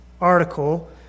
article